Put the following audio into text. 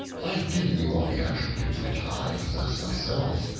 i have given you all the attributes which i possess myself,